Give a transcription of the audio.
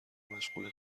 مشغول